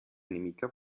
nemica